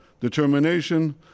determination